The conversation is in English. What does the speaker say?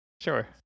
Sure